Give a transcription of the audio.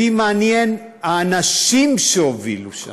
אותי מעניינים האנשים שהובילו שם.